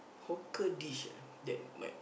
hawker dish ah that might